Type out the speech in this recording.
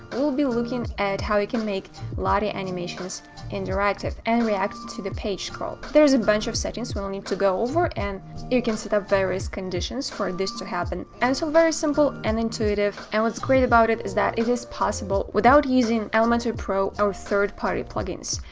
but we'll be looking at how you can make lottie animations interactive and react to the page scroll. there's a bunch of settings we don't need to go over, and you can set up various conditions for this to happen, and so very simple and intuitive and what's great about it is that it is possible without using elementor pro or third-party plugins.